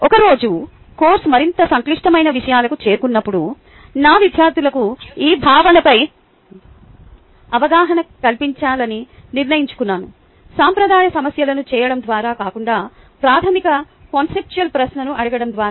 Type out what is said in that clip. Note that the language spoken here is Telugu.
ఒక రోజు కోర్సు మరింత సంక్లిష్టమైన విషయాలకు చేరుకున్నప్పుడు నా విద్యార్థులకు ఈ భావనపై అవగాహన కల్పించాలని నిర్ణయించుకున్నాను సాంప్రదాయ సమస్యలను చేయడం ద్వారా కాకుండా ప్రాథమిక కాన్సెప్షుల్ ప్రశ్నలను అడగడం ద్వారా